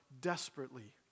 desperately